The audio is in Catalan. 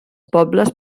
pobles